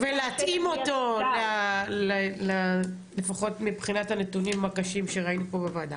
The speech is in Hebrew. ולהתאים אותו לפחות מבחינת הנתונים הקשים שראינו פה בוועדה.